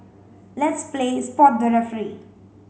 let's play spot the referee